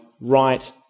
right